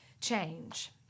change